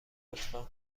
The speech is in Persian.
لطفا